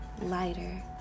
lighter